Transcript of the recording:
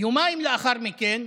יומיים לאחר מכן,